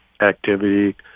activity